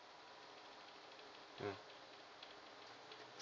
mm